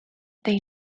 they